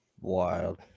Wild